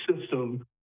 system